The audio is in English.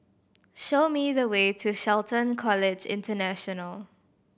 show me the way to Shelton College International